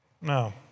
No